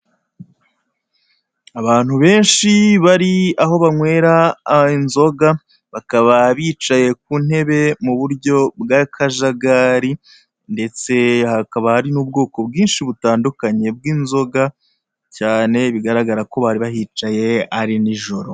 Abantu benshi bari aho banywera inzoga, bakaba bicaye ku ntebe mu buryo bw'akajagari ndetse hakaba hari n'ubwoko bwinshi butandukanye bw'inzoga cyane, bigaragara ko bari bahicaye ari n'ijoro.